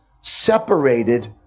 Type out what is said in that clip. separated